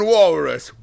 Walrus